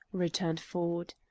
returned ford.